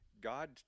God